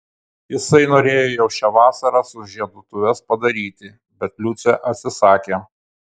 jisai norėjo jau šią vasarą sužieduotuves padaryti bet liucė atsisakė